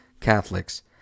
Catholics